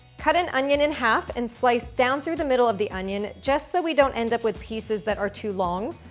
cut an onion in half and slice down through the middle of the onion just so we don't end up with pieces that are too long.